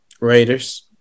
Raiders